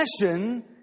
passion